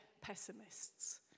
pessimists